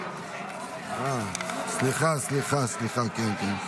סליחה, כן.